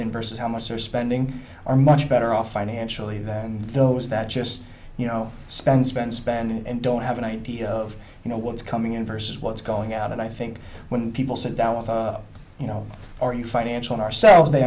in versus how much they're spending are much better off financially than those that just you know spend spend spend and don't have an idea of you know what's coming in first what's going out and i think when people sit down you know or you financial ourselves they